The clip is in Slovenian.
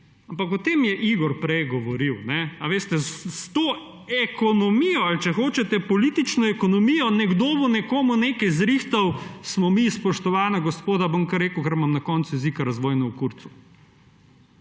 Ampak o tem je Igor prej govoril. Veste, s to ekonomijo ali, če hočete, politično ekonomijo nekdo bo nekomu nekaj zrihtal, smo mi, spoštovana gospoda – bom kar rekel, ker imam na koncu jeziku – razvojno v kurcu.